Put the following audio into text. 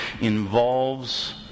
involves